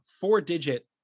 four-digit